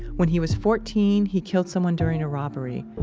when he was fourteen, he killed someone during a robbery.